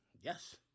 Yes